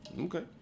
Okay